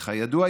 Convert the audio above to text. וכידוע,